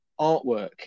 artwork